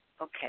okay